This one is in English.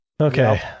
Okay